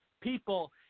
people